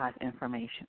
information